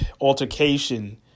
altercation